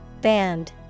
Band